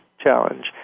challenge